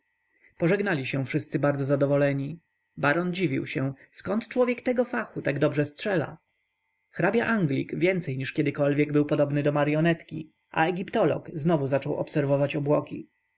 pożegnali się wszyscy bardzo zadowoleni baron dziwił się zkąd człowiek tego fachu tak dobrze strzela hrabia-anglik więcej niż kiedykolwiek był podobny do maryonetki a egiptolog znowu zaczął obserwować obłoki